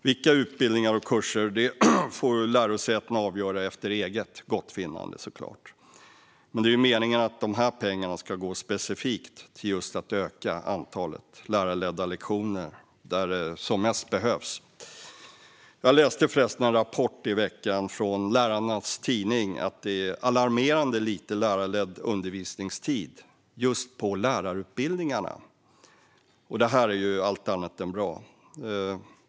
Vilka utbildningar och kurser det ska gälla får lärosätena såklart avgöra efter eget gottfinnande, men det är meningen att dessa pengar ska gå specifikt till att öka antalet lärarledda lektioner där det som mest behövs. Jag läste förresten i veckan en rapport från Lärarnas tidning om att det är alarmerande lite lärarledd undervisningstid just på lärarutbildningarna. Detta är ju allt annat än bra.